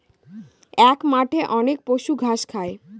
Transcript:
এক মাঠে অনেক পশু ঘাস খায়